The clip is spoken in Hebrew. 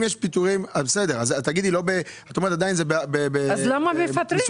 אם יש פיטורים את אומרת שזה עדיין -- אז למה מפטרים?